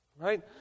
Right